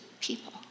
people